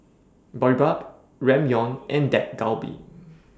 Boribap Ramyeon and Dak Galbi